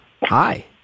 Hi